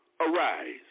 arise